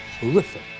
horrific